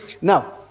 Now